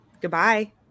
Goodbye